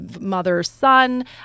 mother-son